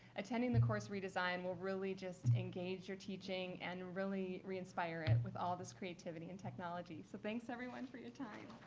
attending the course redesign will really just engage your teaching and really re-inspire it with all this creativity and technology. so thanks everyone for your time.